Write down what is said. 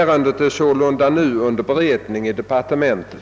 Ärendet är sålunda nu under beredning i departementet.